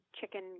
chicken